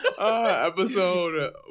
Episode